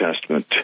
Testament